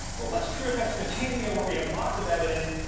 well, what's true in mesopotamia, where we have lots of evidence,